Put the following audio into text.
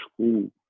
school